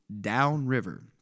downriver